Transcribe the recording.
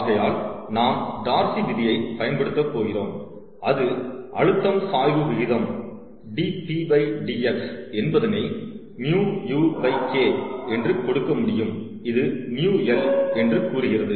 ஆகையால் நாம் டார்சி விதியை பயன்படுத்தப் போகிறோம் அது அழுத்தம் சாய்வு விகிதம் dpdx என்பதனை μ u K என்று கொடுக்க முடியும் இது μl என்று கூறுகிறது